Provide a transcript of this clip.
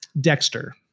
Dexter